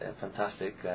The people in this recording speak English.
fantastic